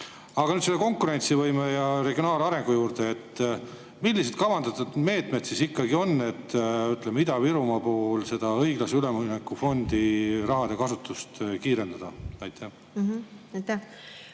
Nüüd konkurentsivõime ja regionaalarengu juurde. Millised kavandatud meetmed siis ikkagi on, et Ida-Virumaa puhul õiglase ülemineku fondi raha kasutust kiirendada? Aitäh!